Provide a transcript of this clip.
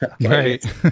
right